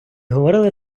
говорили